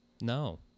No